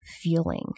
feeling